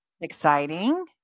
Exciting